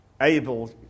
able